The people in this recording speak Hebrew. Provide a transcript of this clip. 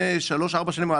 מיליון שקלים?